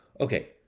Okay